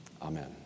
Amen